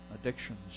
addictions